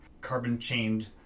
carbon-chained